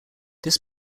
this